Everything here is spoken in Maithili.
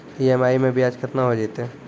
ई.एम.आई मैं ब्याज केतना हो जयतै?